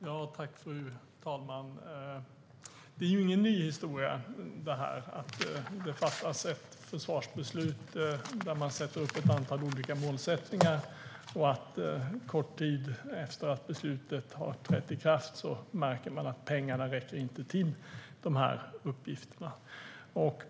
Fru talman! Det är ingen ny historia att det fattas ett försvarsbeslut där man sätter upp ett antal olika målsättningar och att man en kort tid efter det att beslutet har trätt i kraft märker att pengarna inte räcker till uppgifterna.